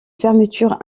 fermeture